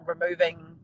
removing